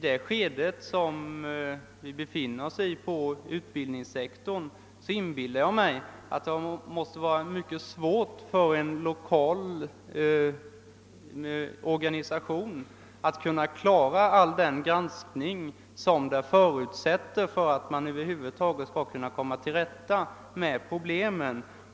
Men jag inbillar mig att det i det skede där vi befinner oss måste vara mycket svårt för en lokal organisation att kunna klara hela den granskning som är förutsättningen för att komma till rätta med problemen.